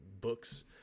books